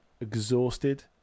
exhausted